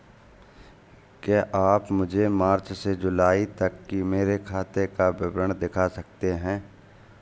क्या आप मुझे मार्च से जूलाई तक की मेरे खाता का विवरण दिखा सकते हैं?